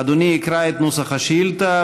אדוני יקרא את נוסח השאילתה,